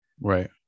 Right